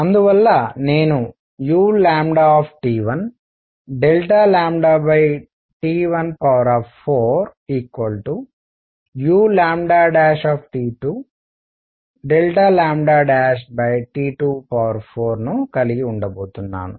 అందువల్ల నేను uT14 uT24ను కలిగి ఉండబోతున్నాను